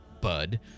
bud